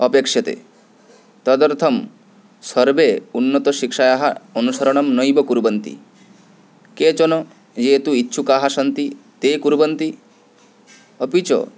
अपेक्षते तदर्थं सर्वे उन्नतशिक्षायाः ओनुसरणं नैव कुर्वन्ति केचन ये तु इच्छुकाः शन्ति ते कुर्बन्ति अपि च